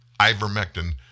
ivermectin